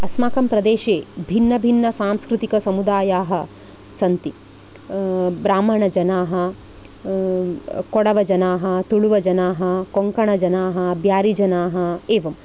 अस्माकं प्रदेशे भिन्नभिन्नसांस्कृतिकसमुदायाः सन्ति ब्राह्मणजनाः कोडवजनाः तुलुवजनाः कोङ्कणजनाः ब्यारीजनाः एवम्